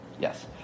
Yes